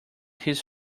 his